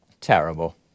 Terrible